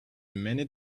many